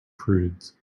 prudes